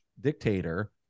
dictator